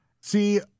See